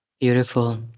beautiful